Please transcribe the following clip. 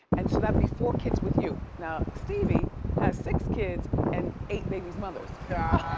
and so that'd be four kids with you. now, stevie has six kids and eight babies' mothers. yeah